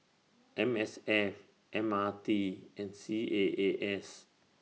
M S F M R T and C A A S